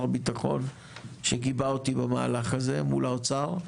הביטחון שגיבה אותי במהלך הזה מול האוצר.